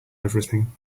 everything